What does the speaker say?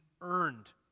earned